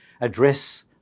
address